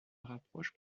rapprochent